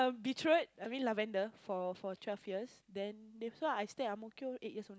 Beach Road I mean Lavender for for twelve years then leave also I stay Ang-Mo-Kio eight years